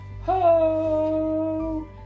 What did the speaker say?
ho